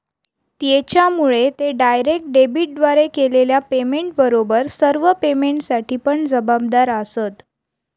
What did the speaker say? त्येच्यामुळे ते डायरेक्ट डेबिटद्वारे केलेल्या पेमेंटबरोबर सर्व पेमेंटसाठी पण जबाबदार आसंत